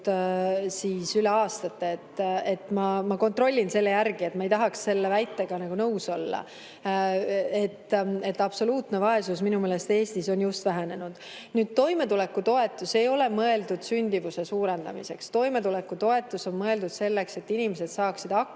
jooksul vähenenud. Ma kontrollin selle järele. Ma ei tahaks selle väitega nõus olla, absoluutne vaesus minu meelest on Eestis just vähenenud. Toimetulekutoetus ei ole mõeldud sündimuse suurendamiseks. Toimetulekutoetus on mõeldud selleks, et inimesed saaksid hakkama